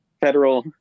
federal